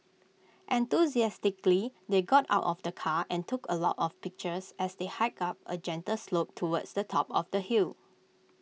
enthusiastically they got out of the car and took A lot of pictures as they hiked up A gentle slope towards the top of the hill